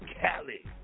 Cali